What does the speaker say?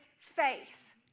faith